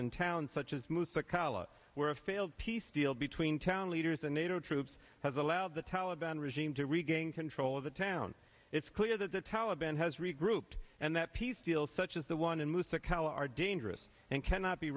in towns such as move to colorado where a failed peace deal between town leaders the nato troops has allowed the taliban regime to regain control of the town it's clear that the taliban has regrouped and that peace deal such as the one in moosic how are dangerous and cannot be